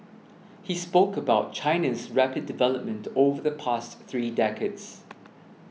he spoke about China's rapid development over the past three decades